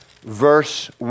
verse